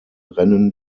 rennen